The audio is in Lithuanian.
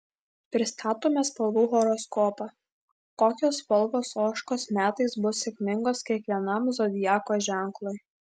pristatome spalvų horoskopą kokios spalvos ožkos metais bus sėkmingos kiekvienam zodiako ženklui